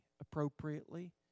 appropriately